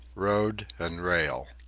road and rail.